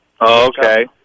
okay